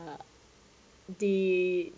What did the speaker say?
uh the